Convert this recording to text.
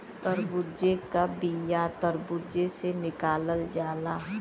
तरबूजे का बिआ तर्बूजे से निकालल जाला